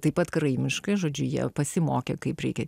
taip pat karaimiškai žodžiu jie pasimokė kaip reikia